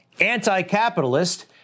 anti-capitalist